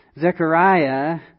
Zechariah